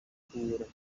poor